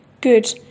good